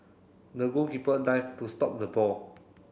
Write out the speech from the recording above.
the goalkeeper dived to stop the ball